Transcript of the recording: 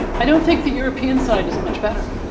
i don't think the european side is much better,